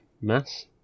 mass